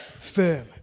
firm